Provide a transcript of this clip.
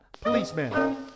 Policeman